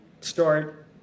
start